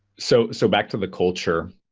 so so, back to the culture.